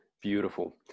Beautiful